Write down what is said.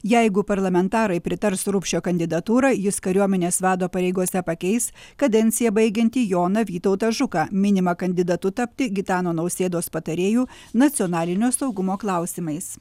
jeigu parlamentarai pritars rupšio kandidatūrą jis kariuomenės vado pareigose pakeis kadenciją baigiantį joną vytautą žuką minimą kandidatu tapti gitano nausėdos patarėju nacionalinio saugumo klausimais